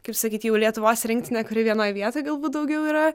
kaip sakyti jau lietuvos rinktinę kuri vienoj vietoj galbūt daugiau yra